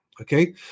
okay